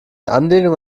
anlehnung